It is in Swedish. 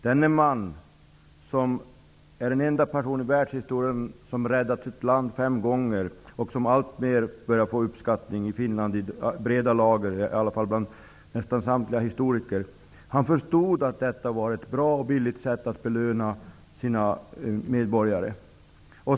Denna man -- som är den ende person i världshistorien som räddat sitt land fem gånger och som har börjat röna alltmer uppskattning i breda lager i Finland, i varje fall bland nästan samtliga historiker -- förstod att detta var ett bra och billigt sätt att belöna medborgarna.